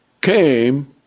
came